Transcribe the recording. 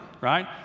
right